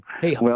Hey